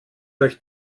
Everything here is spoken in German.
euch